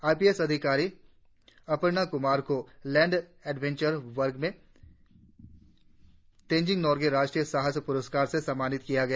IPS अधिकारी अपर्णा कुमार को land adventure वर्ग में तेनजिंग नोर्गे राष्ट्रीय सासह प्रस्कार से सम्मानित किया गया